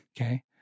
Okay